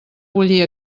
bullir